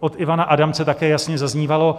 Od Ivana Adamce také jasně zaznívalo,